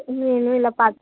నేను ఇలా పా